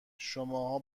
شماها